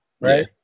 Right